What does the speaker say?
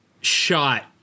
shot